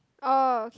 oh okay